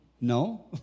No